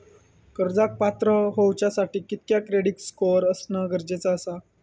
कर्जाक पात्र होवच्यासाठी कितक्या क्रेडिट स्कोअर असणा गरजेचा आसा?